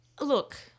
look